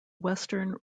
western